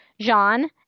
Jean